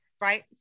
Right